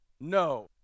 No